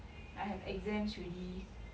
I have exams already